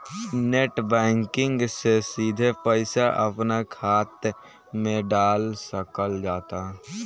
net banking से सिधे पईसा अपना खात मे डाल सकल जाता